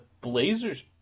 Blazers